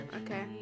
Okay